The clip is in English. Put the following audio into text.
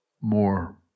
more